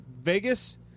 Vegas